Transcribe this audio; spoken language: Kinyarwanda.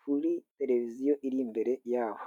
kuri televiziyo iri imbere yabo.